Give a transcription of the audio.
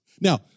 Now